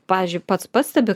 pavyzdžiui pats pastebi